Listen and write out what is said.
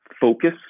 focus